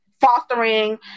fostering